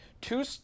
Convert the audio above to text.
two